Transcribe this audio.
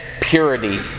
purity